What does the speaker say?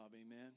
amen